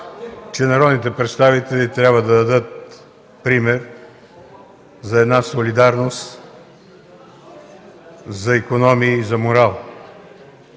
че народните представители трябва да дадат пример за солидарност, за икономии и морал.